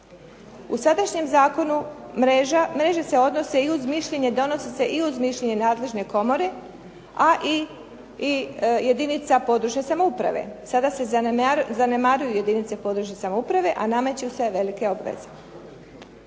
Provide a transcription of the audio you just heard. U sadašnjem zakonu mreža, mreže se odnose i uz mišljenje, donosi se i uz mišljenje nadležne komore a i jedinica područne samouprave. Sada se zanemaruje jedinice područne samouprave a nameće se velike obveze.